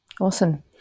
Awesome